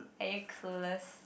are you clueless